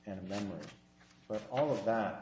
and then with all of that